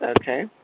Okay